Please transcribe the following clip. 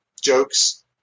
jokes